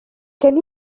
gen